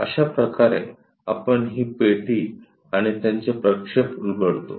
अशाप्रकारे आपण ही पेटी आणि त्यांचे प्रक्षेप उलगडतो